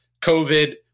COVID